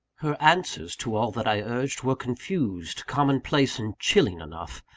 her answers to all that i urged were confused, commonplace, and chilling enough.